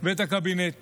ואת הקבינט